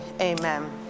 amen